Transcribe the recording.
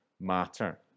matter